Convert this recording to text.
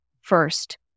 first